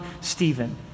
Stephen